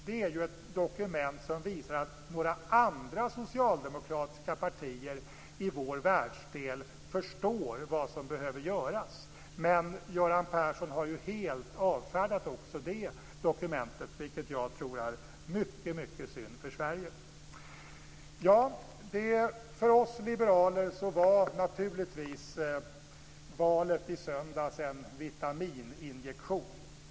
Det är ett dokument som visar att andra socialdemokratiska partier i vår världsdel förstår vad som behöver göras, men Göran Persson har helt avfärdat det dokumentet - vilket är mycket synd för För oss liberaler var naturligtvis valet i söndags en vitamininjektion.